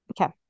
okay